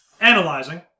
Analyzing